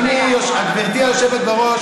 גברתי היושבת בראש,